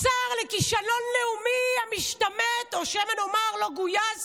השר לכישלון לאומי, המשתמט, או שמא נאמר לא גויס